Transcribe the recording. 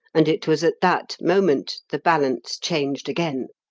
and it was at that moment the balance changed again.